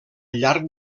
llarg